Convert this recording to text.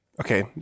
Okay